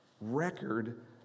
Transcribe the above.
record